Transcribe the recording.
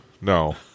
No